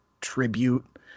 tribute